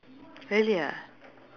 really ah